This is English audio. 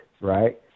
right